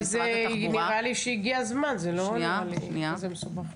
אז נראה לי שהגיע הזמן, זה לא נראה לי כזה מסובך.